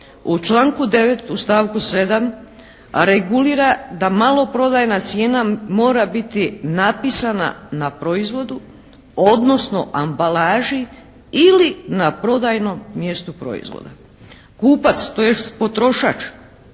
u stavku 7. regulira da maloprodajna cijena mora biti napisana na proizvodu, odnosno ambalaži ili na prodajnom mjestu proizvoda. Kupac, tj. potrošač